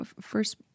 First